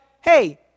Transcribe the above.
hey